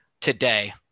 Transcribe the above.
today